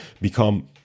become